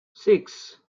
six